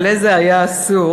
אלמלא זה היה אסור,